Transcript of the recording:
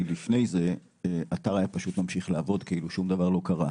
כי לפני זה אתר פשוט היה ממשיך לעבוד כאילו שום דבר לא קרה.